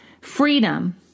freedom